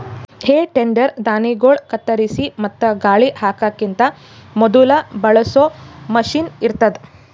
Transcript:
ಹೇ tedder ಧಾಣ್ಣಿಗೊಳ್ ಕತ್ತರಿಸಿ ಮತ್ತ ಗಾಳಿ ಹಾಕಕಿಂತ ಮೊದುಲ ಬಳಸೋ ಮಷೀನ್ ಇರ್ತದ್